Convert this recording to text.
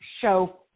show